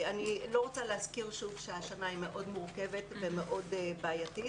אני לא רוצה להזכיר שוב שהשנה היא מאוד מורכבת ומאוד בעייתית